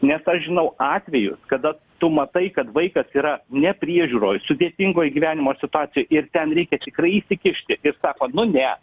nes aš žinau atvejus kada tu matai kad vaikas yra nepriežiūroj sudėtingoj gyvenimo situacijoj ir ten reikia tikrai įsikišti ir sako nu ne